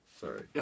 Sorry